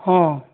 ହଁ